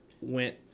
went